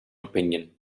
opinion